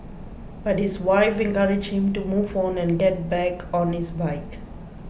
but his wife encouraged him to move on and get back on his bike